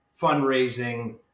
fundraising